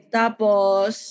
tapos